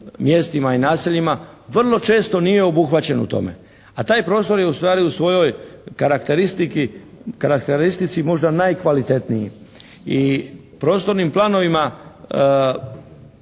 mjestima i naseljima vrlo često nije obuhvaćen u tome. A taj prostor je ustvari u svojoj karakteristici možda najkvalitetniji. I prostornim planovima